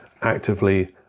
actively